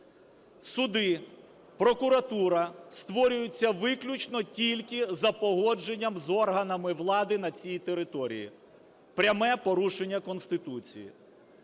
суди, прокуратура створюються виключно тільки за погодженням з органами влади на цій території – пряме порушення Конституції.